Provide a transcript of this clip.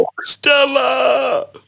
Stella